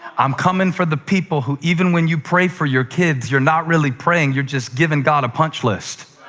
i'm coming for the people who even when you pray for your kids, you're not really praying you're just giving god a punch list